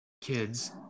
kids